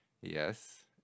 Yes